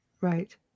Right